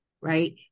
right